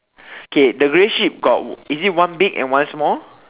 okay the grey sheep got is it one big and one small